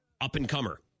up-and-comer